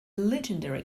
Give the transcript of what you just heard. legendary